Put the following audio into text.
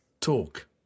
Talk